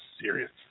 serious